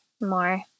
more